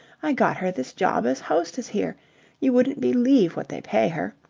i got her this job as hostess here you wouldn't believe what they pay her.